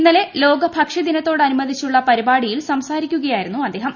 ഇന്നലെ ലോകഭക്ഷ്യദിനത്തോട് അനുബന്ധിച്ചുള്ള പരിപാടിയിൽ സംസാരിക്കുകയായിരുന്നു അദ്ദേഹം